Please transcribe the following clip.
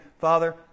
father